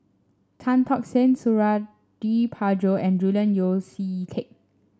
Tan Tock San Suradi Parjo and Julian Yeo See Teck